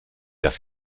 dass